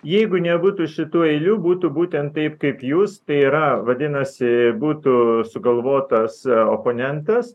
jeigu nebūtų šitų eilių būtų būtent taip kaip jūs tai yra vadinasi būtų sugalvotas oponentas